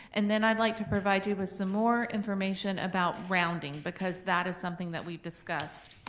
and then i'd like to provide you with some more information about rounding, because that is something that we've discussed.